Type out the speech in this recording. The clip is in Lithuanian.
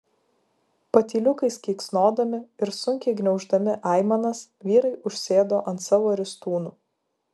patyliukais keiksnodami ir sunkiai gniauždami aimanas vyrai užsėdo ant savo ristūnų